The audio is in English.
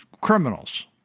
criminals